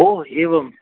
ओ एवं